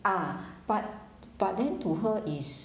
ah but but then to her is